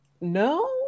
no